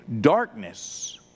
Darkness